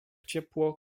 ciepło